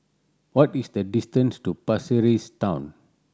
what is the distance to Pasir Ris Town